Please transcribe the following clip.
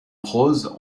prose